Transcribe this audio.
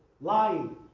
lying